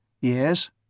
Yes